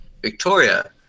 Victoria